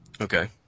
Okay